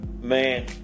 Man